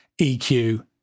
EQ